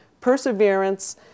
perseverance